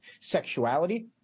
sexuality